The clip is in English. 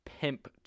Pimp